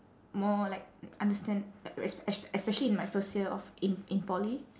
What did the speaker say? more like understand es~ es~ especially in my first year of in in poly